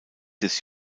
des